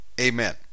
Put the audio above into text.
amen